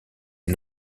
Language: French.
est